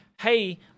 Hey